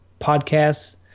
podcasts